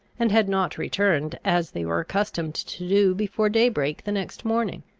and had not returned, as they were accustomed to do, before day-break the next morning.